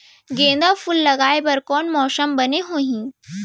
गेंदा फूल लगाए बर कोन मौसम बने होही?